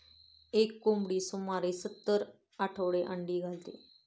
एक कोंबडी सुमारे सत्तर आठवडे अंडी घालते